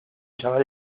chaval